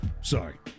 Sorry